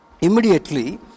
immediately